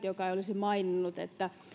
joka ei olisi maininnut että